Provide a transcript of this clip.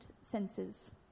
senses